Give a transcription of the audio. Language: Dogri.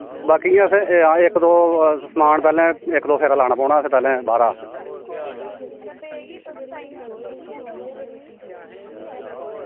बाकी इंया असें इक्क दो समान असें फेरा लाना पौना बाहरा